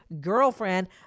girlfriend